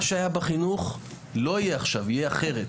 שהיה בחינוך לא יהיה עכשיו; יהיה אחרת.